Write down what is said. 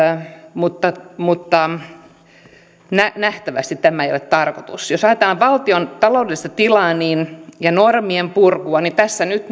mutta mutta nähtävästi tämä ei ole tarkoitus jos ajatellaan valtion taloudellista tilaa ja normienpurkua niin tässä nyt